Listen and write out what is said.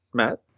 Matt